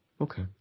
Okay